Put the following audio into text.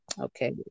Okay